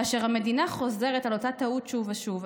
כאשר המדינה חוזרת על אותה טעות שוב ושוב,